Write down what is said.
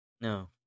No